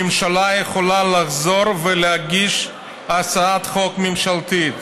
הממשלה יכולה לחזור ולהגיש הצעת חוק ממשלתית.